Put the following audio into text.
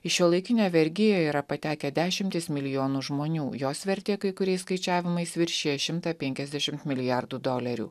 į šiuolaikinę vergiją yra patekę dešimtys milijonų žmonių jos vertė kai kuriais skaičiavimais viršija šimtą penkiasdešimt milijardų dolerių